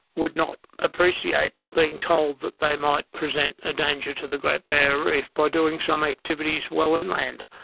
would not appreciate being told that they might present a danger to the great barrier reef by doing some activities well inland.